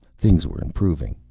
things were improving,